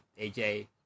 AJ